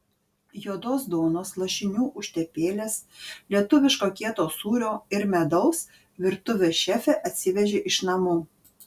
juodos duonos lašinių užtepėlės lietuviško kieto sūrio ir medaus virtuvės šefė atsivežė iš namų